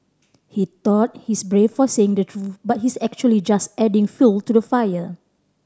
he thought he's brave for saying the truth but he's actually just adding fuel to the fire